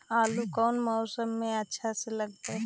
आलू कौन मौसम में अच्छा से लगतैई?